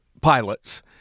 pilots